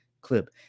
clip